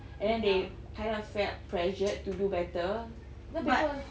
and then they kind of felt pressured to do better so people